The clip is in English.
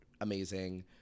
amazing